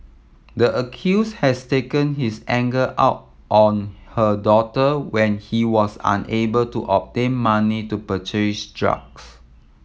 the accused has taken his anger out on her daughter when he was unable to obtain money to purchase drugs